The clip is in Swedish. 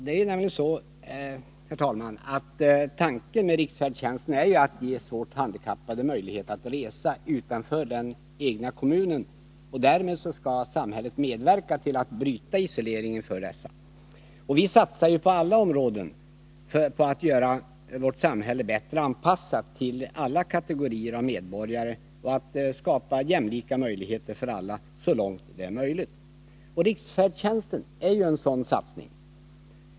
Det är nämligen så, herr talman, att tanken med riksfärdtjänsten är att ge svårt handikappade möjlighet att resa utanför den egna kommunen, och därmed skall samhället medverka till att bryta isoleringen för dessa. Vi satsar på alla områden på att göra vårt samhälle bättre anpassat till alla kategorier av medborgare och att skapa jämlika möjligheter för alla så långt det är möjligt. Riksfärdtjänsten är en sådan satsning.